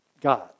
God